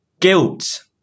guilt